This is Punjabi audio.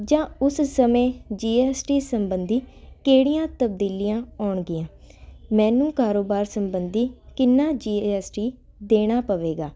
ਜਾਂ ਉਸ ਸਮੇਂ ਜੀਐਸਟੀ ਸੰਬੰਧੀ ਕਿਹੜੀਆਂ ਤਬਦੀਲੀਆਂ ਆਉਣਗੀਆਂ ਮੈਨੂੰ ਕਾਰੋਬਾਰ ਸੰਬੰਧੀ ਕਿੰਨਾ ਜੀਐਸਟੀ ਦੇਣਾ ਪਵੇਗਾ